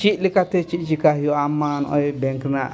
ᱪᱮᱫ ᱞᱮᱠᱟᱛᱮ ᱪᱮᱫ ᱪᱤᱠᱟᱹ ᱦᱩᱭᱩᱜᱼᱟ ᱟᱢ ᱢᱟ ᱱᱚᱜᱼᱚᱭ ᱵᱮᱝᱠ ᱨᱮᱱᱟᱜ